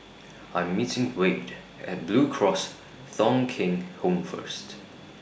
I'm meeting Wade At Blue Cross Thong Kheng Home First